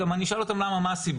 אני אשאל אותם גם מה הסיבה.